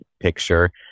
picture